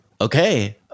Okay